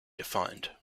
defined